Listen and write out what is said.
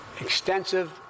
extensive